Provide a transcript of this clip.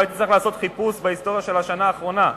לא הייתי צריך לעשות חיפוש בהיסטוריה של השנה האחרונה,